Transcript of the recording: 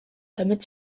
damit